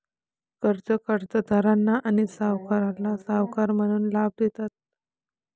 कर्जे कर्जदारांना आणि सरकारला सावकार म्हणून लाभ देतात